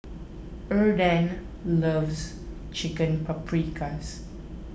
Arden loves Chicken Paprikas